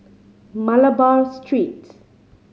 Malabar Street